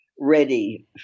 ready